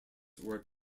were